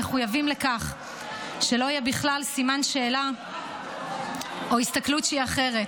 מחויבים לכך שלא יהיה בכלל סימן שאלה או הסתכלות אחרת.